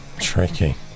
tricky